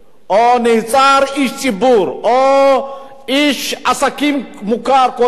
או נעצר איש ציבור או איש עסקים מוכר כלשהו,